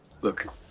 Look